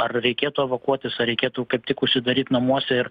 ar reikėtų evakuotis ar reikėtų kaip tik užsidaryt namuose ir